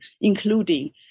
including